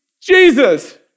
Jesus